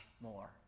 more